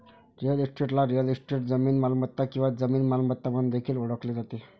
real इस्टेटला real estate, जमीन मालमत्ता किंवा जमीन मालमत्ता म्हणून देखील ओळखले जाते